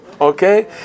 okay